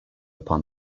upon